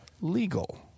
legal